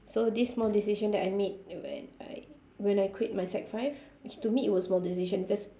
so this small decision that I made when I when I quit my sec five which to me it was small decision because